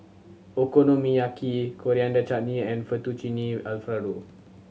Okonomiyaki Coriander Chutney and Fettuccine Alfredo